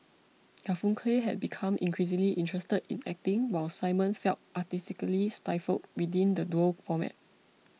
Garfunkel had become increasingly interested in acting while Simon felt artistically stifled within the duo format